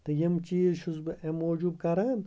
تہٕ یِم چیٖز چھُس بہٕ اَمہِ موٗجوٗب کَران